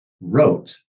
wrote